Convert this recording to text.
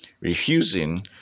Refusing